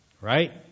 right